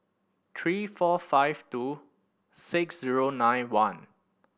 three four five two six zero nine one